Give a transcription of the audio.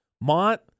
Mont